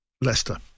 Leicester